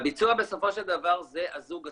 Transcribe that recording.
הביצוע בסופו של דבר זה הזוג עצמו,